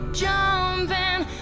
jumping